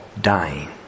dying